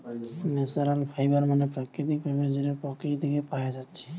natural fibre মানে প্রাকৃতিক fibre যেটা প্রকৃতি থিকে পায়া যাচ্ছে